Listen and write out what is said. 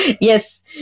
Yes